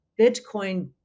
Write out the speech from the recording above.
Bitcoin